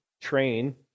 train